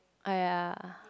!aiya!